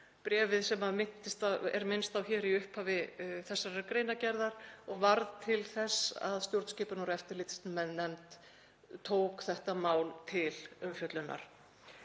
bréfið sem minnst er á í upphafi þessarar greinargerðar og varð til þess að stjórnskipunar- og eftirlitsnefnd tók þetta mál til umfjöllunar.